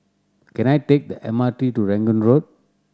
can I take the M R T to Rangoon Road